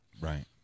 Right